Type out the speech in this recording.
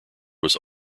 was